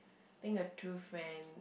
think a true friend